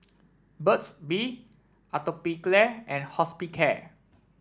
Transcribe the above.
Burt's Bee Atopiclair and Hospicare